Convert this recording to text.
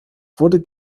wurde